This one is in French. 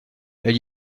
elle